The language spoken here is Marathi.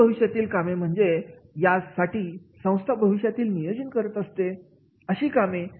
अशी भविष्यातील काम म्हणजे यासाठी संस्था भविष्यातील नियोजन करत असते अशी कामे